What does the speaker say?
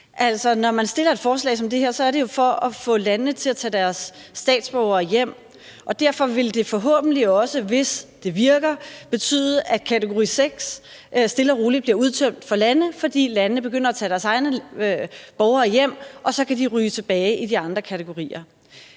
forslag som det her, er det jo for at få landene til at tage deres statsborgere hjem, og derfor vil det forhåbentlig også, hvis det virker, betyde, at kategori 6 stille og roligt bliver udtømt for lande, fordi landene begynder at tage deres egne borgere hjem og så kan ryge tilbage i de andre kategorier.